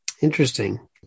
interesting